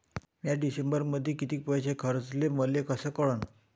म्या डिसेंबरमध्ये कितीक पैसे खर्चले मले कस कळन?